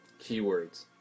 Keywords